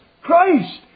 Christ